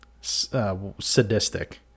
Sadistic